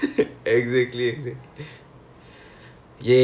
oh so is there calculations involved